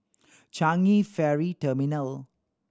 Changi Ferry Terminal